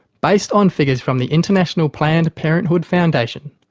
based on figures from the international planned parenthood foundation,